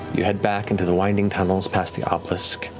you head back into the winding tunnels, past the um obelisk,